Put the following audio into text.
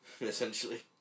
essentially